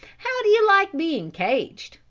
how do you like being caged?